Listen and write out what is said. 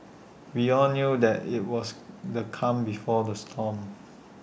we all knew that IT was the calm before the storm